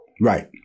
Right